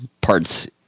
parts-